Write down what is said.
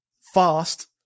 fast